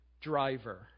driver